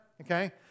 okay